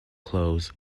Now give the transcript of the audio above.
clothes